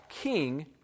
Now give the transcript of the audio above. king